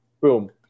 Boom